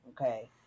Okay